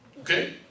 Okay